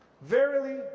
Verily